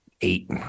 eight